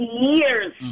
years